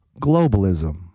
globalism